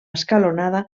escalonada